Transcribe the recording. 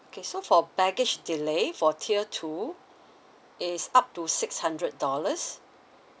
okay so for baggage delay for tier two is up to six hundred dollars